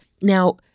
Now